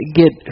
get